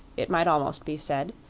it might almost be said,